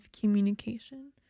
communication